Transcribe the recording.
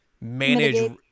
manage